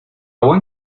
buen